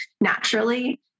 naturally